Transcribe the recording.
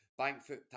Bankfoot